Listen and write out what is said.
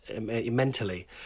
mentally